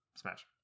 smash